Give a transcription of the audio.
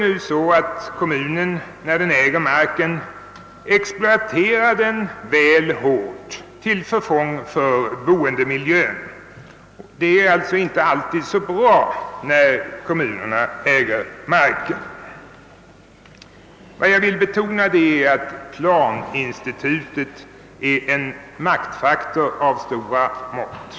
När kommunen är ägare exploaterar den ofta marken väl hårt till förfång för boendemiljön. Således är det inte alltid så bra när kommunerna äger marken. Jag vill betona att planinstitutet är en maktfaktor av stora mått.